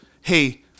hey